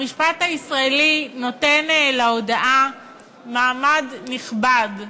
המשפט הישראלי נותן להודאה מעמד נכבד,